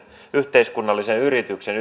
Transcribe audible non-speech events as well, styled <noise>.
yhteiskunnallisen yrityksen <unintelligible>